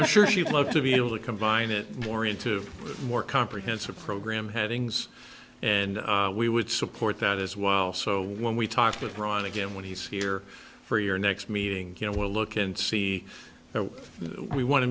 i'm sure she would love to be able to combine it more into more comprehensive program headings and we would support that as well so when we talk with ron again when he's here for your next meeting you know we'll look and see that we want to